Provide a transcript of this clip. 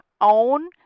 own